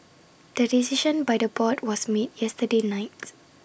the decision by the board was made yesterday night